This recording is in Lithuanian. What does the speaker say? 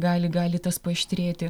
gali gali tas paaštrėti